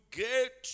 get